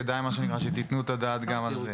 כדי שתתנו את הדעת גם על זה.